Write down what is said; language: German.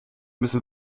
müssen